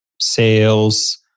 sales